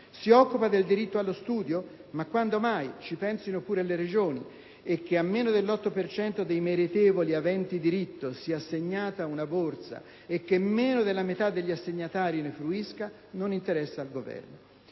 Si occupa del diritto allo studio? Ma quando mai! Ci pensino pure le Regioni, e che a meno dell'8 per cento dei meritevoli aventi diritto sia assegnata una borsa di studio e che meno della metà degli assegnatari ne fruisca, non interessa al Governo.